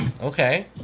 Okay